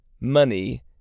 Money